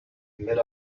mid